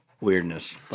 weirdness